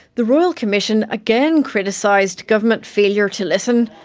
the royal commission again criticised government failure to listen.